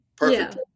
Perfect